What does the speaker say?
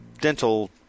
dental